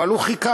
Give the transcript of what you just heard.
אבל הוא חיכה.